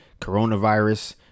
coronavirus